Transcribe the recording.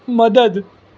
મદદ